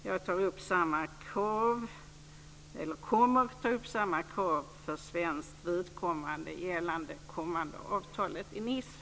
Jag kommer att ställa samma krav för svenskt vidkommande vad gäller det kommande avtalet i Nice.